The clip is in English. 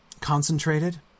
Concentrated